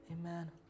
Amen